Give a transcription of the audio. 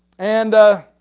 and